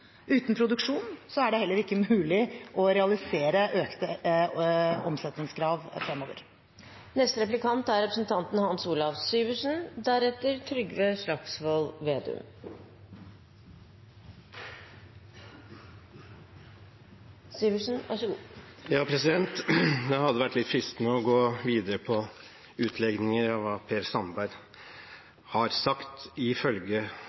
Uten produksjon er det heller ikke mulig å realisere økte omsetningskrav fremover. Det hadde vært litt fristende å gå videre på utlegninger av hva Per Sandberg har sagt, ifølge